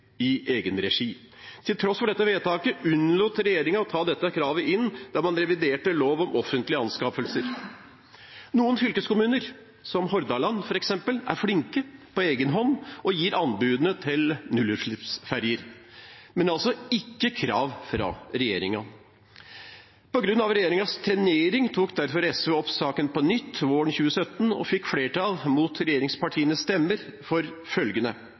i egen regi. Til tross for dette vedtaket unnlot regjeringen å ta dette kravet inn da man reviderte lov om offentlige anskaffelser. Noen fylkeskommuner, som f.eks. Hordaland, er flinke – på egen hånd – og gir anbudene til nullutslippsferger. Men det er altså ikke krav fra regjeringen. På grunn av regjeringens trenering tok derfor SV opp saken på nytt våren 2017 og fikk flertall – mot regjeringspartienes stemmer – for følgende: